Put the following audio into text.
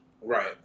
Right